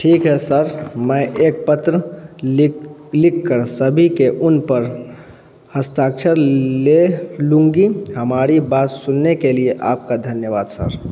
ठीक है सर मैं एक पत्र लिख लिख कर सभी के उन पर हस्ताक्षर ले लूँगी हमारी बात सुनने के लिये आपका धन्यवाद सर